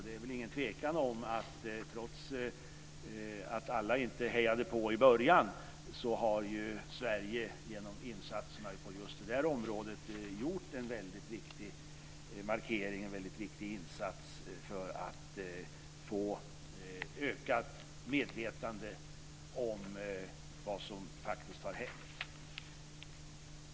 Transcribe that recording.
Det är väl ingen tvekan om att trots att alla inte hejade på i början så har Sverige just på det området gjort en väldigt viktig markering och insats för att få ökat medvetande om vad som faktiskt har hänt.